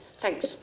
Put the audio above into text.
Thanks